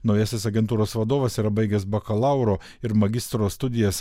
naujasis agentūros vadovas yra baigęs bakalauro ir magistro studijas